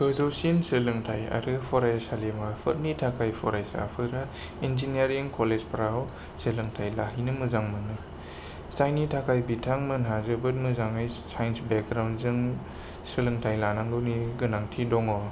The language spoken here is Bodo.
गोजौसिन सोलोंथाइ आरो फरायसालिमाफोरनि थाखाय फरायसाफोरा इंजिनियारिं कलेजफ्राव सोलोंथाइ लाहैनो मोजां मोनो जायनि थाखाय बिथां मोनहा जोबोद मोजांङै साइन्स बेग्राउन्डजों सोलोंथाइ लानांगौनि गोनांथि दंङ